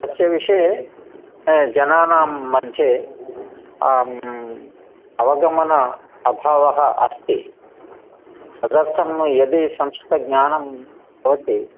तस्यविषये जनानां मध्ये अवगमन अभावः अस्ति तदर्थं यदि संस्कृतज्ञानं भवति